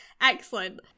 Excellent